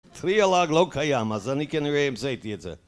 three a log? לא קיים, אז אני כנראה המצאתי את זה